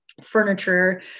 furniture